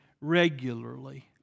regularly